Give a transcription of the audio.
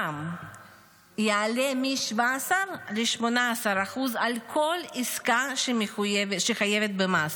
המע"מ יעלה מ-17% ל-18% על כל עסקה שחייבת במס,